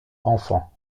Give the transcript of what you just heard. enfants